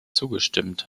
zugestimmt